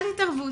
'אל תתערבו'.